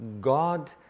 God